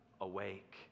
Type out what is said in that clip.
awake